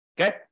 Okay